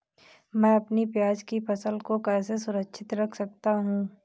मैं अपनी प्याज की फसल को कैसे सुरक्षित रख सकता हूँ?